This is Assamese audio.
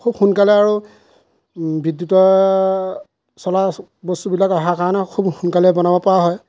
খুব সোনকালে আৰু বিদ্যুতত চলা বস্তুবিলাক আহা কাৰণে খুব সোনকালে বনাব পৰা হয়